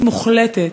מוחלטת,